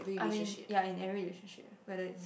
I mean ya in every relationship whether is